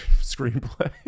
screenplay